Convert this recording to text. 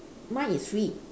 mine is free